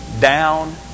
down